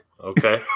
Okay